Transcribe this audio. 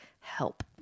Help